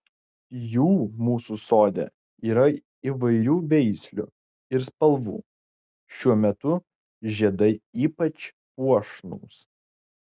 jų mūsų sode yra įvairių veislių ir spalvų šiuo metu žiedai ypač puošnūs